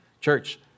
Church